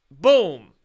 boom